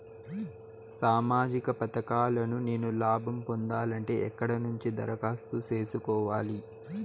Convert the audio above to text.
సామాజిక పథకాలను నేను లాభం పొందాలంటే ఎక్కడ నుంచి దరఖాస్తు సేసుకోవాలి?